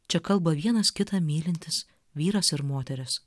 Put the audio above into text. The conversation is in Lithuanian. čia kalba vienas kitą mylintis vyras ir moteris